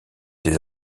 des